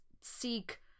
seek